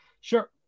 Sure